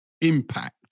impact